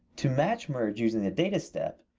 to match merge using the data step,